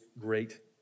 great